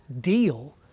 deal